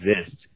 exist